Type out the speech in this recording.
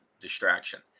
Distraction